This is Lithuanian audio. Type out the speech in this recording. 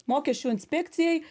mokesčių inspekcijai